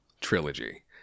trilogy